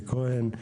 כהן,